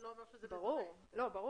ברור.